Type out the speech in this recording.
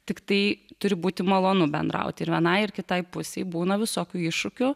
tiktai turi būti malonu bendrauti ir vienai ir kitai pusei būna visokių iššūkių